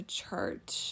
church